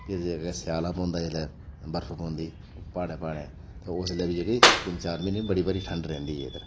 फिर जिसलै स्याला पौंदा जिसलै बर्फ पौंदी ओह् प्हाड़ें प्हाड़ें ते उसलै बी जेह्ड़े तिन्न चार म्हीने बड़ी भारी ठंड रौहंदी ऐ इद्धर